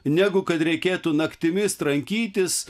negu kad reikėtų naktimis trankytis